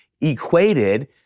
equated